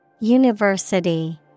University